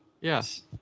Yes